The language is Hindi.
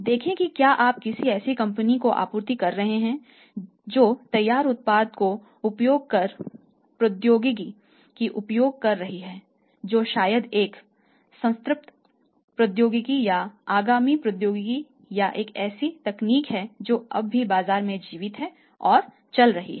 देखें कि क्या आप किसी ऐसी कंपनी को आपूर्ति कर रहे हैं जो तैयार उत्पाद का उपयोग कर प्रौद्योगिकी का उपयोग कर रही है जो शायद एक संतृप्त प्रौद्योगिकी या आगामी प्रौद्योगिकी या एक ऐसी तकनीक है जो अभी भी बाजार में जीवित है और चल रही है